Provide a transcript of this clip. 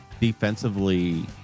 defensively